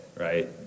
right